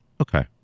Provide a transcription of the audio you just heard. Okay